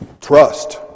trust